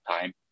time